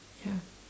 ya